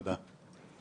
תודה.